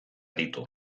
ditu